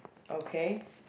okay